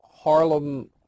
Harlem